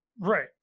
right